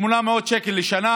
800 מיליון שקל לשנה,